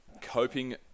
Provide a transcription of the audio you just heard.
coping